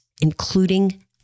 including